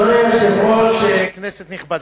אדוני היושב-ראש, כנסת נכבדה,